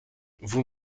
vous